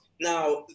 Now